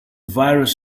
virus